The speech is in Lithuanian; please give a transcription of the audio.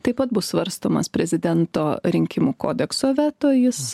taip pat bus svarstomas prezidento rinkimų kodekso veto jis